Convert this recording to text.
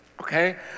okay